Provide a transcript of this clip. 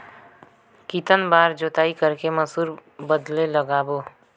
कितन बार जोताई कर के मसूर बदले लगाबो?